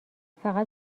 فقط